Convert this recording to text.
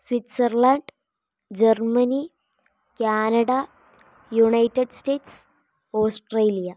Switzerland Germany Canada United States Australia